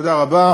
תודה רבה.